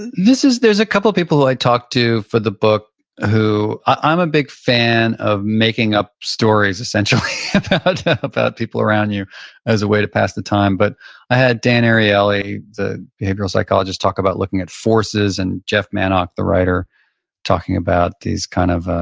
there's a couple of people who i talk to for the book who i'm a big fan of making up stories essentially about people around you as a way to pass the time. but i had dan ariely, the behavioral psychologist talk about looking at forces. and jeff mannock, the writer talking about these kind of